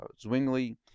Zwingli